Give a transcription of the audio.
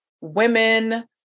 women